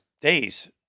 days